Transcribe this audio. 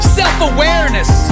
self-awareness